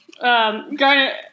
Garnet